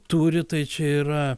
turi tai čia yra